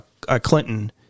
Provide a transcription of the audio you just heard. Clinton